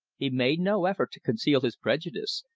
he made no effort to conceal his prejudice,